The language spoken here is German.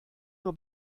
nur